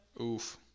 Oof